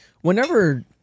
Whenever